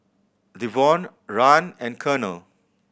Devaughn Rahn and Colonel